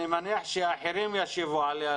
אני מניח שאחרים ישיבו עליה,